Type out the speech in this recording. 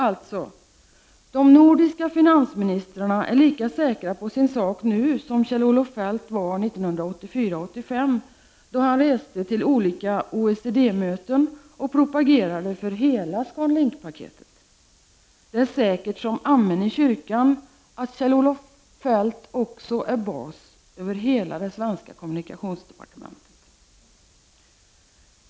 Alltså: de nordiska finansministrarna är lika säkra på sin sak nu som Kjell Olof Feldt var 1984-1985 då han reste till OECD-mötena och propagerade för hela ScanLink-paketet. Det är säkert som amen i kyrkan att Kjell-Olof Feldt är bas över hela det svenska kommunikationsdepartementet.